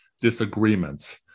disagreements